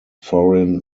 foreign